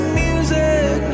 music